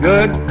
Good